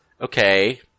Okay